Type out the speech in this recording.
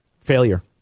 failure